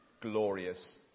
glorious